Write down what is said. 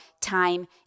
time